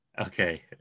Okay